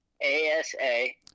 A-S-A